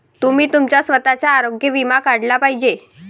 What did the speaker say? तुम्ही तुमचा स्वतःचा आरोग्य विमा काढला पाहिजे